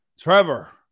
Trevor